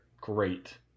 Great